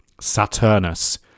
Saturnus